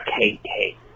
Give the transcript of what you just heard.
KK